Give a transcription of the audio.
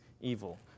evil